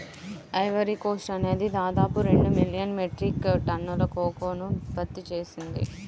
Ivory Coast అనేది దాదాపు రెండు మిలియన్ మెట్రిక్ టన్నుల కోకోను ఉత్పత్తి చేసింది